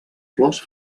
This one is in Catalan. flors